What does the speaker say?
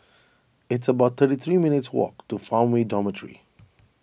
it's about thirty three minutes' walk to Farmway Dormitory